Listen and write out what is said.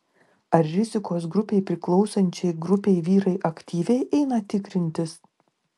ar rizikos grupei priklausančiai grupei vyrai aktyviai eina tikrintis